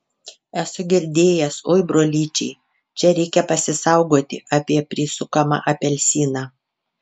esu girdėjęs oi brolyčiai čia reikia pasisaugoti apie prisukamą apelsiną